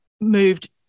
moved